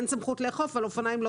אין סמכות לאכוף על אופניים לא